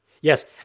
Yes